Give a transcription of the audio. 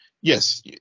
yes